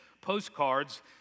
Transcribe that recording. postcards